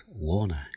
warner